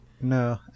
No